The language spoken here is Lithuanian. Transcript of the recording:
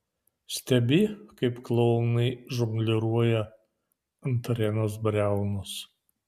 stebi kaip klounai žongliruoja ant arenos briaunos